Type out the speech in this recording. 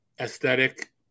aesthetic